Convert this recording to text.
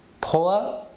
pull up,